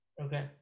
Okay